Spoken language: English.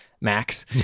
max